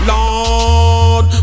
Lord